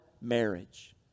marriage